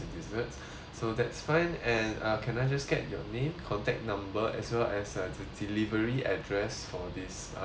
so that's fine and uh can I just get your name contact number as well as uh the delivery address for this uh wedding